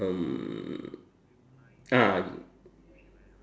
um ah